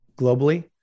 globally